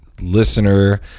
listener